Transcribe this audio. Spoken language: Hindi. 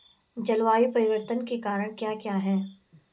जलवायु परिवर्तन के कारण क्या क्या हैं?